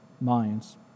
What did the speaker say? minds